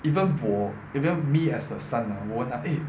even 我 even me as the son ah 我 not~ eh